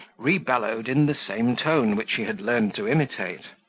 rebellowed in the same tone, which he had learned to imitate,